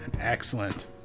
Excellent